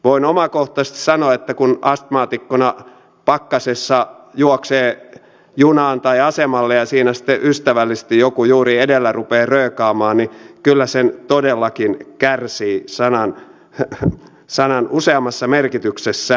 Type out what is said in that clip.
voin omakohtaisesti sanoa että kun astmaatikkona pakkasessa juoksee junaan tai asemalle ja siinä sitten ystävällisesti joku juuri edellä rupeaa röökaamaan niin kyllä sen todellakin kärsii sanan useammassa merkityksessä